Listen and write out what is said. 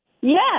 Yes